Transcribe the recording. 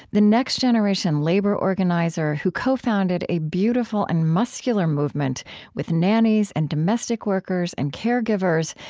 the next-generation labor organizer who co-founded a beautiful and muscular movement with nannies and domestic workers and caregivers,